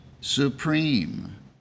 supreme